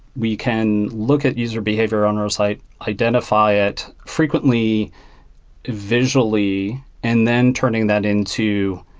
we can look at user behavior on our site, identify it frequently visually and then turning that into,